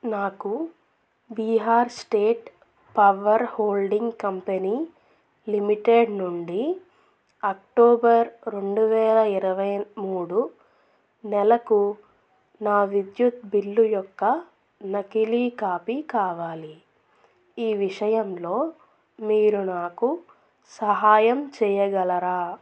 నాకు Bihar state power holding company limited నుండి October రెండు వేల ఇరవై మూడు నెలకు నా విద్యుత్ బిల్లు యొక్క నకిలీ కాపీ కావాలి ఈ విషయంలో మీరు నాకు సహాయం చేయగలరా